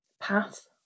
Path